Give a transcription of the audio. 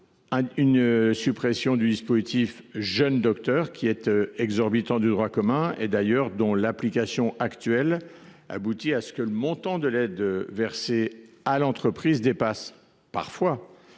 la suppression du dispositif « jeunes docteurs », exorbitant du droit commun et dont l’application actuelle aboutit à ce que le montant de l’aide versée à l’entreprise dépasse, parfois,